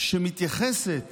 שמתייחסת